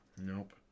nope